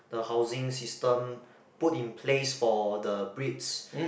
the housing system put in place for the Brits